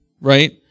right